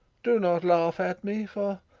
do not laugh at me for,